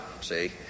See